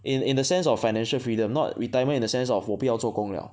in in a sense of financial freedom not retirement in the sense of 我不要做工了